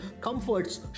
comforts